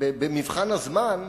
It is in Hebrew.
במבחן הזמן שהתכלית,